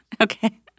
Okay